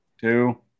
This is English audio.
two